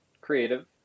creative